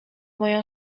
moją